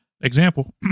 Example